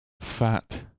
fat